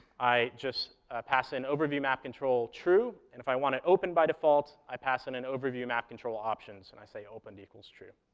i just pass in overview map control true, and if i want it open by default, i pass in an overview map control option, so and i say opened equals true.